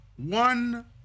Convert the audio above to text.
One